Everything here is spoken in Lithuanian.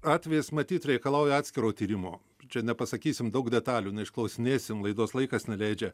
atvejis matyt reikalauja atskiro tyrimo čia nepasakysim daug detalių išklausinėsim laidos laikas neleidžia